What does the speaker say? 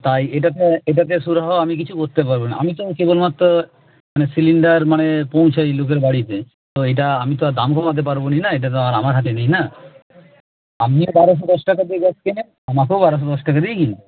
তাই এটাতে এটাতে সুরাহ আমি কিছু করতে পারবো না আমি তো কেবলমাত্র মানে সিলিন্ডার মানে পৌঁছাই লোকের বাড়িতে তো এটা আমি তো আর দাম কমাতে পারবো না না এটা তো আর আমার হাতে নেই না আপনিও বারোশো দশ টাকা দিয়ে গ্যাস কেনেন আমাকেও বারোশো দশ টাকা দিয়েই কিনতে হয়